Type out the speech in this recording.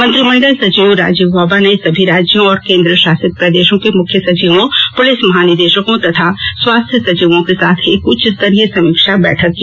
मंत्रिमंडल सचिव राजीव गौबा ने सभी राज्यों और केंद्रशासित प्रदेशों के मुख्य सचिवों पुलिस महानिदेशकों तथा स्वास्थ्य सचिवों के साथ एक उच्चस्तरीय समीक्षा बैठक की